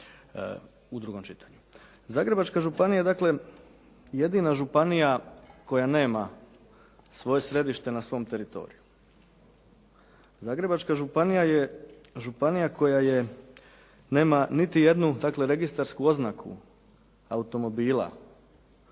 u drugom čitanju. Zagrebačka županija dakle jedina županija koja nema svoje središte na svom teritoriju. Zagrebačka županija je županija koja nema niti jednu, dakle registarsku oznaku automobila.